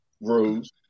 Rose